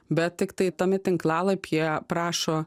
bet tiktai tame tinklalapyje prašo